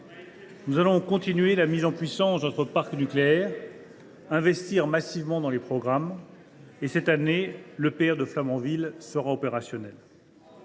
Nous allons poursuivre la montée en puissance de notre parc nucléaire et investir massivement dans les programmes. Dès cette année, l’EPR de Flamanville sera opérationnel.